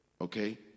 Okay